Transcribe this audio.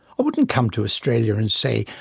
i wouldn't come to australia and say,